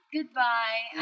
Goodbye